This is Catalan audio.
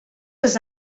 els